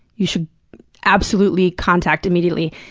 you should absolutely contact immediately.